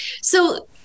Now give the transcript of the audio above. So-